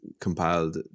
compiled